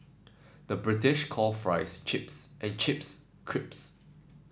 the British calls fries chips and chips crisps